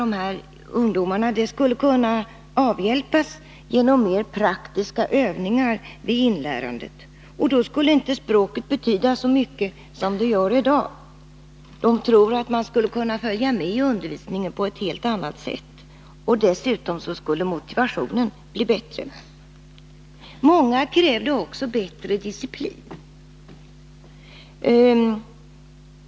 De här problemen skulle enligt många av dessa ungdomar kunna avhjälpas genom praktiska övningar i samband med inlärningen. Då skulle inte språket betyda så mycket som det gör i dag. Ungdomarna tror att de genom praktiska övningar skulle kunna följa undervisningen på ett helt annat sätt och att motivationen dessutom skulle bli bättre. Många av ungdomarna krävde också bättre disciplin.